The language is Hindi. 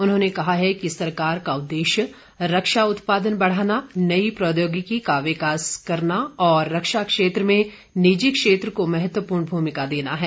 उन्होंने कहा है कि सरकार का उद्देश्य रक्षा उत्पादन बढ़ाना नई प्रौद्योगिकी का विकास करना और रक्षा क्षेत्र में निजी क्षेत्र को महत्वपूर्ण भूमिका देना है